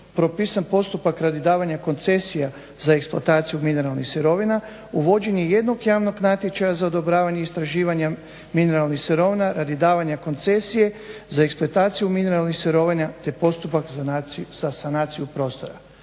propisan postupak radi davanja koncesija za eksploataciju mineralnih sirovina, uvođenje jednog javnog natječaja za odobravanje istraživanja mineralnih sirovina ili davanja koncesije za eksploataciju mineralnih sirovina te postupak za sanaciju prostora.